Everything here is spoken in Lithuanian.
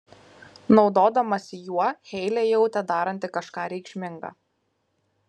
naudodamasi juo heilė jautė daranti kažką reikšminga